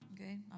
Okay